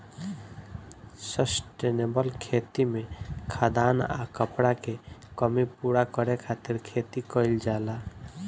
sustainable खेती में खाद्यान आ कपड़ा के कमी पूरा करे खातिर खेती कईल जाला